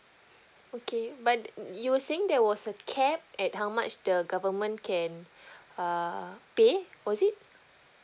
okay but you were saying there was a cap at how much the government can err pay was it